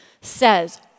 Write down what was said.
says